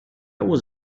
was